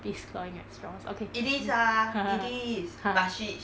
beast clawing at strong okay hmm hmm